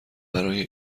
برای